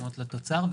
כלומר לתוצר,